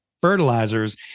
fertilizers